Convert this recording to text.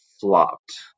flopped